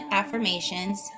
affirmations